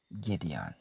Gideon